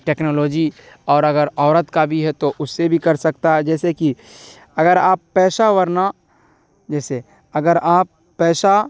technology اور اگر عورت کا بھی ہے تو اس سے بھی کر سکتا ہے جیسے کہ اگر آپ پیشہ ورانہ جیسے اگر آپ پیشہ